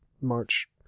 March